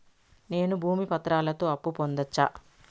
నేను భూమి పత్రాలతో అప్పు పొందొచ్చా?